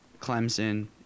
Clemson